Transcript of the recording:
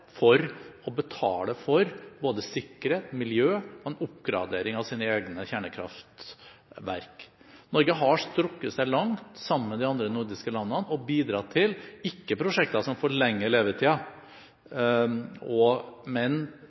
for å betale for både sikkerhet, miljø og en oppgradering av sine egne kjernekraftverk. Norge har strukket seg langt sammen med de andre nordiske landene og bidratt – ikke til prosjekter som forlenger levetiden, men til prosjekter som øker sikkerheten, og